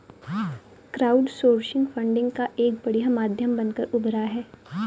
crowdsourcing funding का एक बढ़िया माध्यम बनकर उभरा है